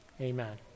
Amen